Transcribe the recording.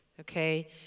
Okay